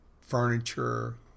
furniture